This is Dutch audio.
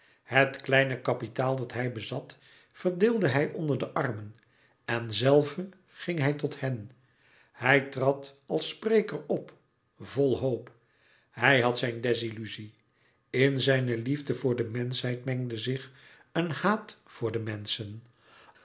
het kleine kapitaal dat hij bezat verdeelde hij onder de armen en zelve ging hij tot hen hij trad als spreker op vol hoop hij had zijn desilluzie in zijne liefde voor de menschheid mengde zich een haat voor de menschen